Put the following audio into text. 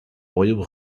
royaume